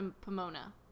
pomona